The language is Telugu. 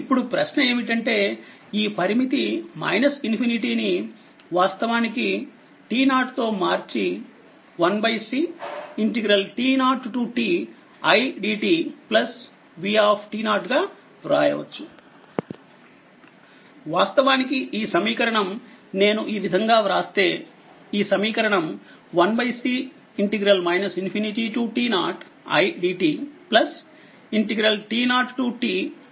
ఇప్పుడుప్రశ్న ఏమిటంటే ఈ పరిమితి ∞ ని వాస్తవానికి t0తో మార్చి 1Ct0ti dtv గావ్రాయవచ్చు వాస్తవానికి ఈ సమీకరణం నేను ఈ విధంగా వ్రాస్తే ఈ సమీకరణం 1C ∞t0i dtt0ti dt ఈ విధంగారాయవచ్చు